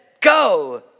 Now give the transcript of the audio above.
go